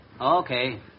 Okay